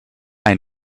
ein